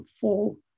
full